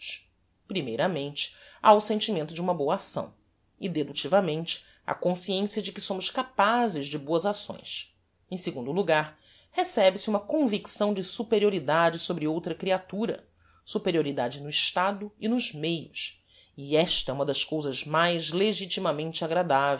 primeiramente ha o sentimento de uma boa acção e deductivamente a consciencia de que somos capazes de boas acções em segundo logar recebe se uma convicção de superioridade sobre outra creatura superioridade no estado e nos meios e esta é uma das cousas mais legitimamente agradaveis